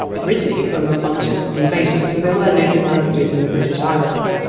originally from a bunch of invasions. so there were native languages in the british isles,